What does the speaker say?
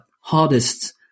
hardest